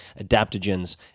adaptogens